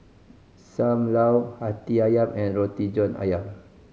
Sam Lau Hati Ayam and Roti John Ayam